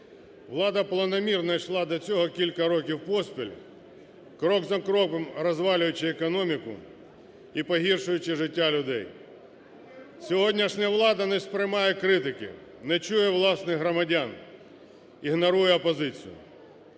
Влада планомірно йшла до цього кілька років поспіль, крок за кроком, розвалюючи економіку і погіршуючи життя людей. Сьогоднішня влада не сприймає критики, не чує власних громадян, ігнорує опозицію.